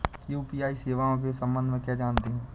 UPI सेवाओं के संबंध में क्या जानते हैं?